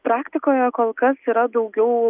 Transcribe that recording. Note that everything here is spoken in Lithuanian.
praktikoje kol kas yra daugiau